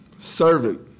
servant